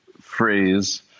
phrase